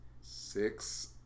Six